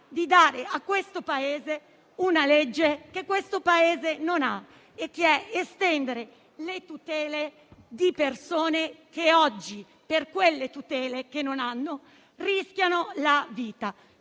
di dare a questo Paese una legge che questo Paese non ha: estendere le tutele di persone che oggi, per quelle tutele che non hanno, rischiano la vita.